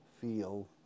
feel